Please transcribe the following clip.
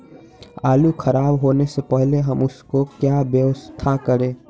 आलू खराब होने से पहले हम उसको क्या व्यवस्था करें?